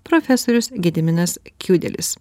profesorius gediminas kiudelis